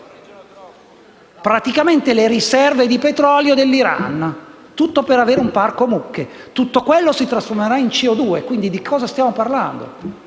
praticamente le riserve di petrolio dell'Iran, il tutto per avere un parco mucche. Tutto questo si trasformerà in CO2. Quindi, di cosa stiamo parlando?